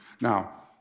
Now